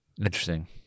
Interesting